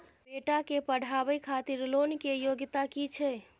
बेटा के पढाबै खातिर लोन के योग्यता कि छै